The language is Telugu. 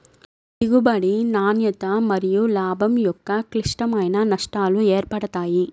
దిగుబడి, నాణ్యత మరియులాభం యొక్క క్లిష్టమైన నష్టాలు ఏర్పడతాయి